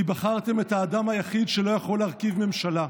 כי בחרתם את האדם היחיד שלא יכול להרכיב ממשלה,